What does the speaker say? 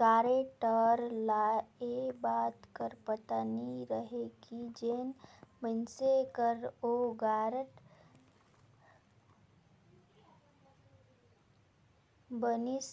guarantor ल ए बात कर पता नी रहें कि जेन मइनसे कर ओ गारंटर बनिस